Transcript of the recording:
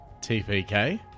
TPK